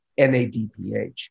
NADPH